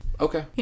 Okay